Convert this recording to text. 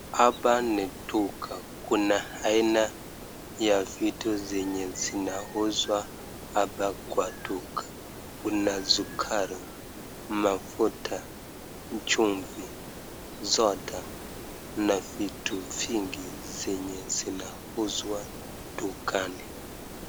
Hapa ni duka ,kuna aina ya vitu zenye zinauzwa hapa kwa duka ,kuna sukari, mafuta, chumvi, soda na vitu vingi zenye zinauzwa dukani.